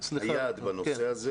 היעד בנושא הזה